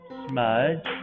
smudge